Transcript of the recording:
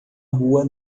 rua